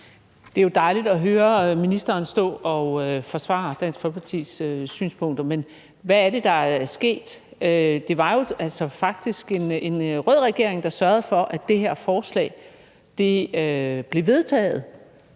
Det er jo dejligt at høre ministeren stå og forsvare Dansk Folkepartis synspunkter, men hvad er det, der er sket? Det var jo faktisk en rød regering, der sørgede for, at det her forslag blev vedtaget